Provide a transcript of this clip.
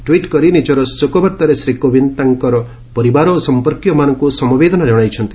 tweet କରି ନିଜର ଶୋକବାର୍ତ୍ତାରେ ଶ୍ରୀ କୋବିନ୍ଦ୍ ତାଙ୍କର ପରିବାର ଓ ସମ୍ପର୍କୀୟମାନଙ୍କୁ ସମବେଦନା ଜଣାଇଛନ୍ତି